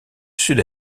sud